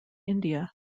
india